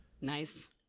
Nice